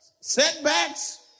setbacks